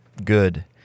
good